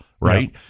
right